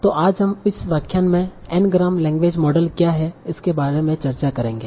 तो आज हम इस व्याख्यान में N-ग्राम लैंग्वेज मॉडल क्या हैं इसके बारे में चर्चा करेंगे